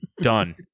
Done